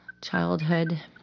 childhood